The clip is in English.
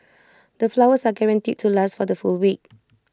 the flowers are guaranteed to last for the full week